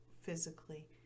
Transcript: physically